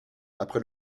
après